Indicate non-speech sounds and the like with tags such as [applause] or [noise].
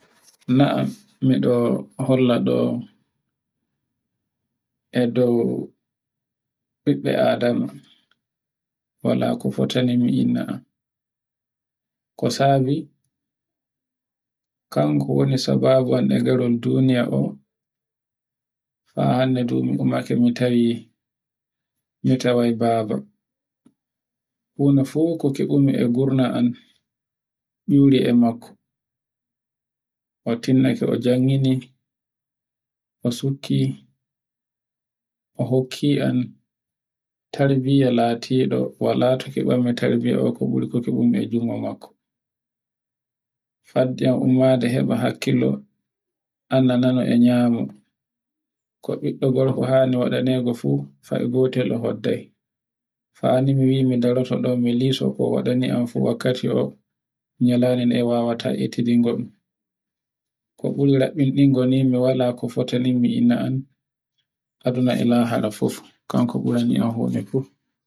Na'am miɗo holla ɗo e dow ɓiɓɓe Adamu, wala ko fotani mi Inna am. Ko sabi kanko woni sababu ɗe ngaron duniya oo, haa hannde nde mi ummake mi tawai baba. Huna fuu ko keɓumi e gurna am ure e makko, o tinnake e janngini, o sukki, o hokkiyan tarbiyya latiɗo wata to keɓanmi tarbiya ko ɓuri ko keɓanmi e junngo makko. Fadde am ummake heɓa hakkilo, annana nano e nyamo, ko beɗɗo gorko hani waɗane fu fani mi ndarato ɗo mi liso nyalande nde wawa. Mi wala ko fota ni mi inna am [noise] kank bura niyam fu